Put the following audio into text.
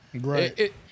Right